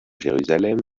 jérusalem